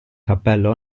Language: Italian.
cappello